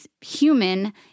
human